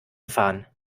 gefahren